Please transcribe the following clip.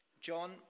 John